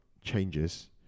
changes